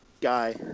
guy